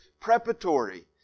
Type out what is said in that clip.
preparatory